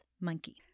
monkey